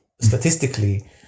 statistically